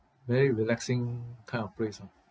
very relaxing kind of place ah